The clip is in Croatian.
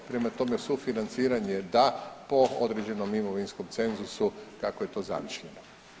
Prema tome, sufinanciranje da po određenom imovinskom cenzusu kako je to zamišljeno.